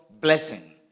blessing